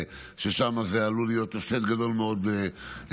ששם זה עלול להיות הפסד גדול מאוד למדינה,